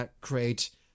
create